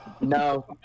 no